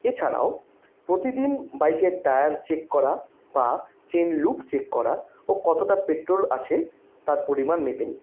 এছাড়াও প্রতিদিন বাইকের টায়ার চেক করা বা চেন লুক চেক করা ও কতটা পেট্রল আছে তার পরিমাণ মেপে নিই